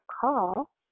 call